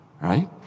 right